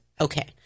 Okay